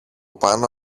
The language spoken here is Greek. πάνω